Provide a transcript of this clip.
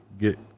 get